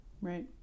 right